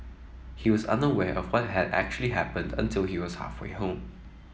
he was unaware of what had actually happened until he was halfway home